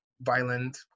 violent